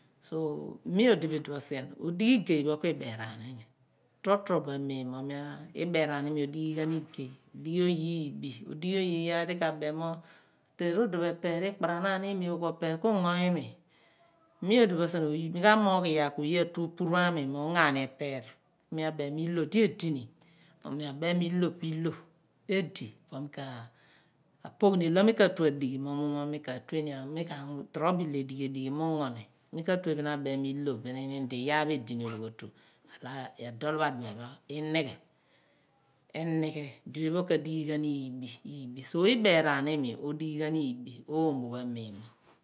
So mi odi bo iduon sien odighi igey pho ku ibeeraan iimi totrobo amem mo ribeeraan ghan iim, odighighan igay odighi oye 1131. odighi oye iyaar di ka kaaph mo rodon pho epeen ku ikparanaan imi ku open ku ungu iimi mi odi bo sien mi ka/moogh ayaar un oye atn opuru aami mo ungo cam epeer kn mi abem mo r/10 di edini mi abam mo 1/10 po 1/10 ku mem di edi po mi ke pogh ni idi mi ka ine adighi mo mi ka rue ni rorobo ads edighi edighi mo ungo ni mi ka/tue bin̄ abom mo 1/10 bininim mem di yaar pho edim ologhoon kueri adol pho adien pho i/night, enighe di oye pho kadighi gham iibi so ibaraan imi odighi ghan iibi oomo pho amem mo.